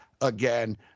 again